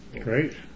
great